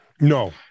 No